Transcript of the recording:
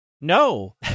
No